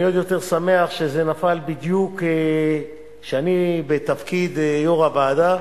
אני עוד יותר שמח שזה נפל בדיוק כשאני בתפקיד יושב-ראש הוועדה.